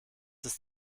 ist